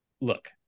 Look